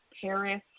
Paris